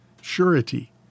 Surety